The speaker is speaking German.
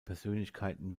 persönlichkeiten